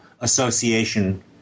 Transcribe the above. association